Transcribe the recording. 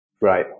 Right